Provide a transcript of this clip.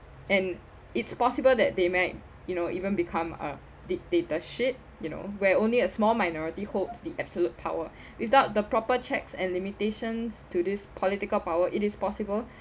and it's possible that they might you know even become a dictatorship you know where only a small minority holds the absolute power without the proper checks and limitations to this political power it is possible